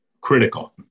Critical